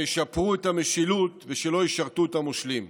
שישפרו את המשילות ושלא ישרתו את המושלים.